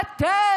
אתם,